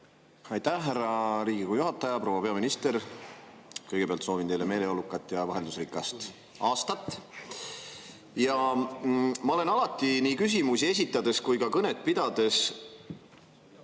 Aitäh, härra Riigikogu juhataja! Proua peaminister! Kõigepealt soovin teile meeleolukat ja vaheldusrikast aastat. Ma olen alati nii küsimusi esitades kui ka kõnet pidades ...